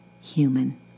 human